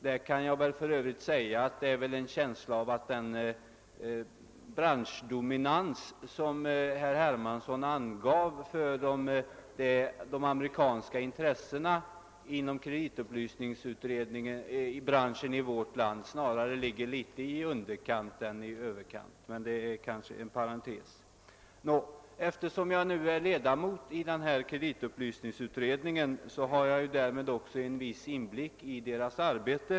Jag kan väl för övrigt säga att man har en känsla av att den branschdominans som herr Hermansson angav för de amerikanska intressena inom kreditupplys ningsbranschen i vårt land snarare ligger litet i underkant än i överkant — detta sagt som en parentes. Eftersom jag är ledamot i den tillsatta kreditupplysningsutredningen har jag därmed också en viss inblick i dess arbete.